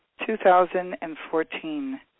2014